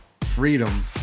freedom